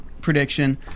prediction